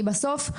בסוף,